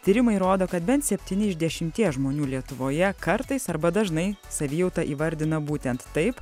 tyrimai rodo kad bent septyni iš dešimties žmonių lietuvoje kartais arba dažnai savijautą įvardina būtent taip